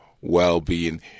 well-being